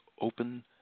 open